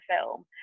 film